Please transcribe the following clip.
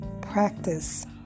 practice